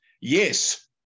Yes